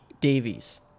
Davies